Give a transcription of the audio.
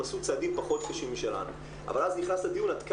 חברת הכנסת איילת שקד,